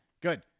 Good